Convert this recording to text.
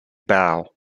bow